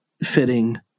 fitting